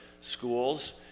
schools